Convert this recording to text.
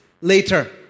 later